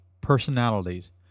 personalities